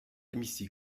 hémicycle